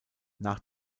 nach